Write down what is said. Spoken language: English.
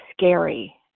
scary